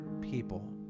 people